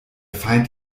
feind